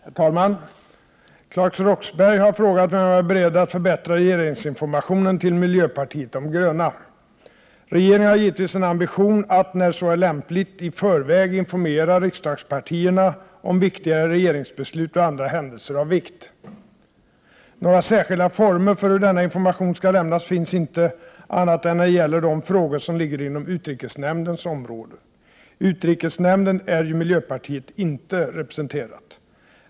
Herr talman! Claes Roxbergh har frågat mig om jag är beredd att förbättra regeringsinformationen till miljöpartiet de gröna. Regeringen har givetvis en ambition att, när så är lämpligt, i förväg informera riksdagspartierna om viktigare regeringsbeslut och andra händelser av vikt. Några särskilda former för hur denna information skall lämnas finns inte, annat än när det gäller de frågor som ligger inom utrikesnämndens område. I utrikesnämnden är ju miljöpartiet inte representerat.